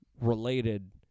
related